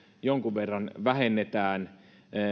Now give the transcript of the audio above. jonkun verran vähennetään